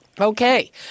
Okay